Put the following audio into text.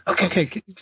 Okay